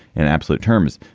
in absolute terms.